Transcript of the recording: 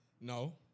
No